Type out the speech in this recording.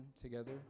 together